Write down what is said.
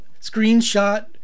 Screenshot